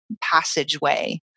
passageway